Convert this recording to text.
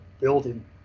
building